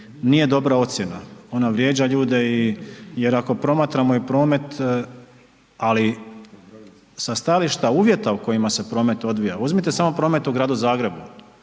nije dobra ocjena, ona vrijeđa ljude i, jer ako promatramo i promet, ali sa stajališta uvjeta u kojima se promet odvija, uzmite samo promet u Gradu Zagrebu,